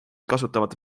kasutavad